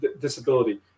disability